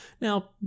Now